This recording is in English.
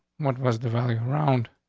what was the value around?